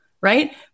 Right